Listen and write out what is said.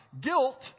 guilt